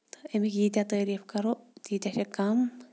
تہٕ اَمِکۍ ییٖتیٛاہ تٲریٖف کَرو تیٖتیٛاہ چھِ کَم